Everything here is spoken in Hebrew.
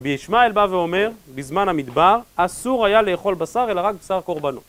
וישמעאל בא ואומר, בזמן המדבר, אסור היה לאכול בשר אלא רק בשר קורבנות.